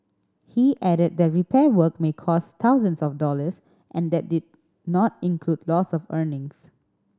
he added that repair work may cost thousands of dollars and that did not include loss of earnings